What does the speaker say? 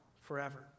forever